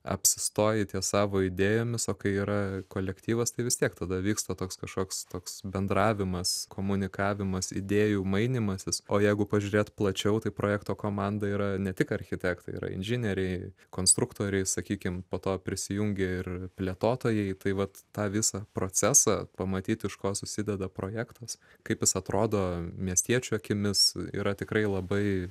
apsistoji ties savo idėjomis o kai yra kolektyvas tai vis tiek tada vyksta toks kažkoks toks bendravimas komunikavimas idėjų mainymasis o jeigu pažiūrėt plačiau tai projekto komanda yra ne tik architektai yra inžinieriai konstruktoriai sakykim po to prisijungia ir plėtotojai tai vat tą visą procesą pamatyt iš ko susideda projektas kaip jis atrodo miestiečių akimis yra tikrai labai